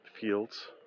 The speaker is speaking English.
fields